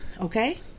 okay